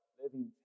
living